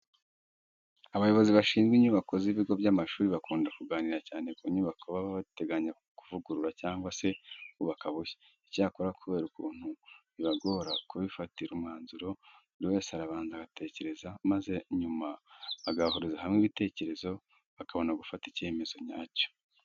Abayobozi bashinzwe inyubako z'ibigo by'amashuri bakunda kuganira cyane ku nyubako baba bateganya kuvugurura cyangwa se kubaka bushya. Icyakora kubera ukuntu bibagora kubifatira umwanzuro, buri wese arabanza agatekereza, maze nyuma bagahuriza hamwe ibitekerezo bakabona gufata icyemezo nyacyo.